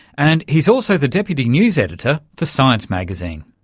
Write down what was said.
and he's also the deputy news editor for science magazine.